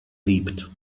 leapt